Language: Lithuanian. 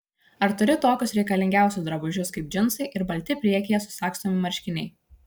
ar turi tokius reikalingiausius drabužius kaip džinsai ir balti priekyje susagstomi marškiniai